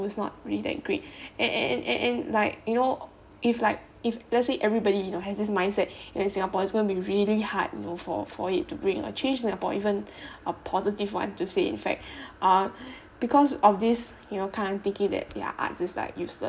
it's not really that great an~ an~ an~ an~ and like you know if like if let's say everybody you know has this mindset in singapore it's going to be really hard you know for for it to bring a change in singapore even a positive one to say in fact um because of this you know they can't take it that art is like useless